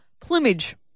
plumage